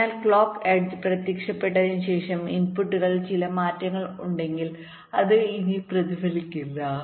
അതിനാൽ clock edge പ്രത്യക്ഷപ്പെട്ടതിനുശേഷം ഇൻപുട്ടുകളിൽ ചില മാറ്റങ്ങൾ ഉണ്ടെങ്കിൽ അത് ഇനി പ്രതിഫലിക്കില്ല